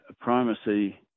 primacy